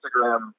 Instagram